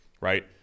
right